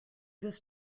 this